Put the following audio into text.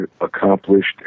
accomplished